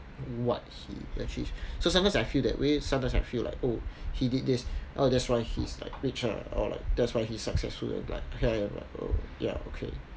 what he actually so sometimes I feel that way sometimes I feel like oh he did this oh that's why he's like richer or like that's why he successfully and like then I'm like ya okay